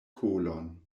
kolon